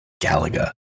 Galaga